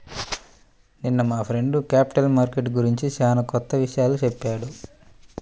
నిన్న మా friend capital market గురించి చానా కొత్త విషయాలు చెప్పాడు